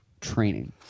training